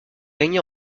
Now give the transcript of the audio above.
gagné